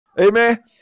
Amen